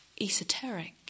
esoteric